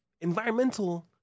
environmental